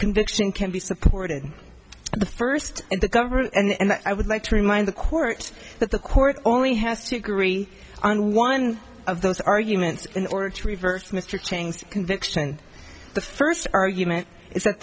conviction can be supported the first and the government and i would like to remind the court that the court only has to agree on one of those arguments in order to reverse mr changed conviction the first argument is that